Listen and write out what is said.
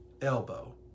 elbow